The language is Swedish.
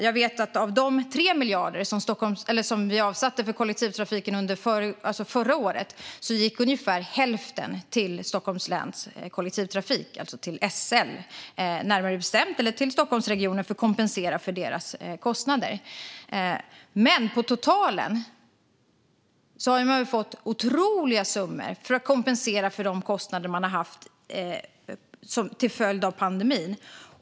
Jag vet att av de 3 miljarder som vi avsatte för kollektivtrafiken förra året gick ungefär hälften till Stockholms läns kollektivtrafik, alltså till SL. Det gick till Stockholmsregionen för att kompensera för deras kostnader. Men totalt har man fått otroliga summor som kompensation för de kostnader man har haft till följd av pandemin.